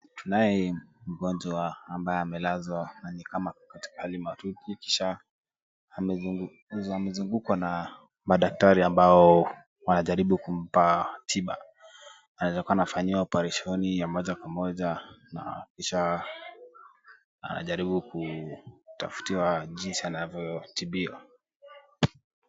Tunaye mgonjwa ambaye amelazwa na ni kama ako katika hali hatututi, amezungukwa na madaktari ambao wanajaribu kumpa tiba, anaweza kuwa anafanyiwa operesheni ya moja kwa moja na kisha anajaribu kutafutiwa jinsi anavyotibiwa.